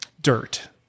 dirt